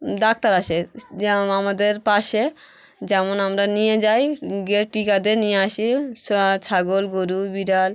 doctor আসে যেমন আমাদের পাশে যেমন আমরা নিয়ে যাই গিয়ে টিকা দে নিয়ে আসি সা ছাগল গোরু বিড়াল